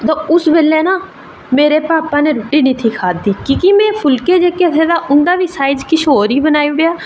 ते उस बेल्लै ना मेरे भापै नै रुट्टी नेहीं खाद्धी ते में फुल्के जेह्के थे ना उं'दा साईज़ ई किश होर था